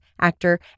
actor